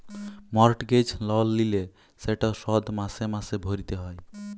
mortgage লল লিলে সেট শধ মাসে মাসে ভ্যইরতে হ্যয়